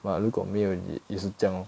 but 如果没有也是这样 lor